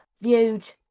viewed